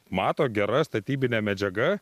mato gera statybinė medžiaga